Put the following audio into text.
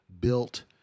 built